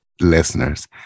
listeners